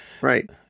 right